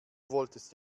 wolltest